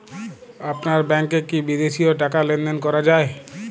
আপনার ব্যাংকে কী বিদেশিও টাকা লেনদেন করা যায়?